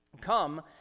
Come